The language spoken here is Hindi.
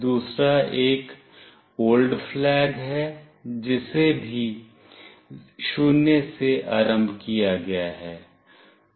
दूसरा एक old flag है जिसे भी 0 से आरंभ किया गया है